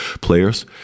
players